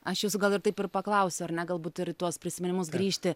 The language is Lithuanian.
aš jus gal ir taip ir paklausiau ar ne galbūt ir į tuos prisiminimus grįžti